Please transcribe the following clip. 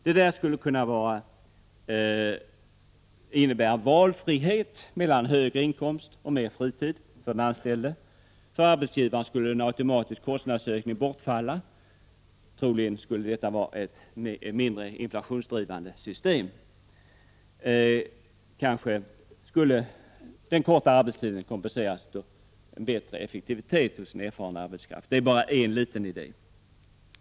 Det där skulle kunna innebära valfrihet mellan högre inkomst och mer fritid för den anställde. För arbetsgivaren skulle en automatisk kostnadsökning bortfalla. Troligen skulle detta vara ett mindre inflationsdrivande system. Kanske skulle den kortare arbetstiden kompenseras av en bättre effektivitet hos den erfarna arbetskraften. Detta är bara en liten idé.